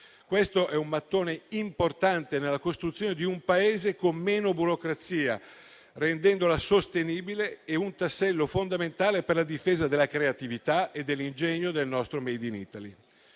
tratta di un mattone importante nella costruzione di un Paese con meno burocrazia, che va resa sostenibile, e di un tassello fondamentale per la difesa della creatività e dell'ingegno del nostro *made in Italy*.